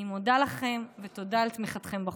אני מודה לכם, ותודה על תמיכתם בחוק.